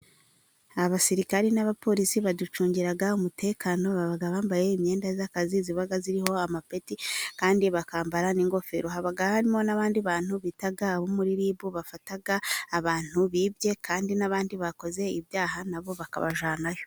Abasirikare n'abapolisi baducungira umutekano baba bambaye imyenda y'akazi iba iriho amapeti, kandi bakambara n'ingofero. haba harimo n'abandi bantu bita abo muri ribu bafata abantu bibye, kandi n'abandi bakoze ibyaha na bo bakabajyanayo.